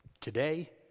today